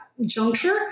juncture